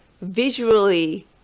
visually